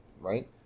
right